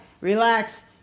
relax